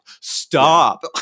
stop